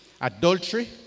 adultery